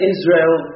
Israel